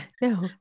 no